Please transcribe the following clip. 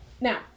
Now